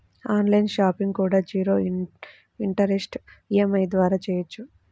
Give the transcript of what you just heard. on line shopping కూడా zero interest EMI ద్వారా చెయ్యొచ్చు